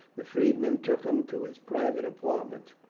the freedman took him to his private apartment.